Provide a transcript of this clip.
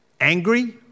angry